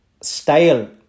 style